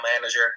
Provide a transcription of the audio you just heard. manager